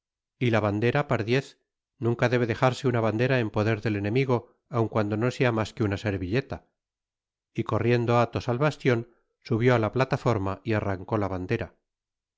y la bandera pardiez nunca debe dejarse una bandera en poder del enemigo aun cuando no sea mas que una servilleta y corriendo athos al bastion subió á la plata forma y arrancó la bandera